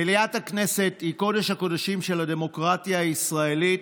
מליאת הכנסת היא קודש-הקודשים של הדמוקרטיה הישראלית,